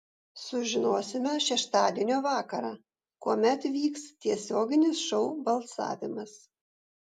sužinosime šeštadienio vakarą kuomet vyks tiesioginis šou balsavimas